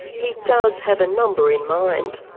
he does have a number in mind.